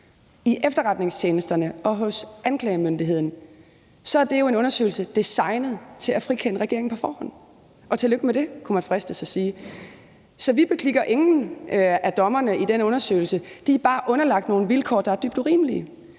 i efterretningstjenesterne og hos anklagemyndigheden, så er det jo en undersøgelse designet til at frikende regeringen på forhånd – og tillykke med det, kunne man fristes til at sige. Så vi beklikker ingen af dommerne i den undersøgelse. De er bare underlagt nogle vilkår, der er dybt urimelige.